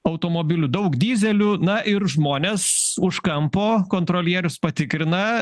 automobilių daug dyzelių na ir žmonės už kampo kontrolierius patikrina